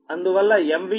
అందువల్ల B 0